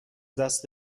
دست